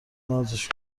نازش